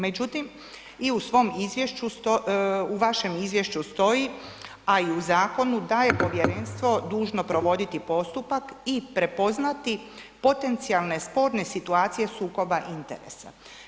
Međutim, i u svom Izvješću, u vašem Izvješću stoji a i u zakonu da je Povjerenstvo dužno provoditi postupak i prepoznati potencijalne sporne situacije sukoba interesa.